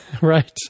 Right